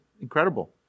incredible